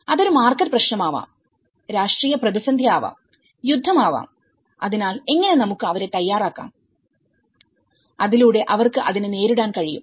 അത് ഒരു മാർക്കറ്റ് പ്രശ്നമാവാം രാഷ്ട്രീയ പ്രതിസന്ധി ആവാം യുദ്ധം ആവാം അതിനാൽ എങ്ങനെ നമുക്ക് അവരെ തയ്യാറാക്കാം അതിലൂടെ അവർക്ക് അതിനെ നേരിടാൻ കഴിയും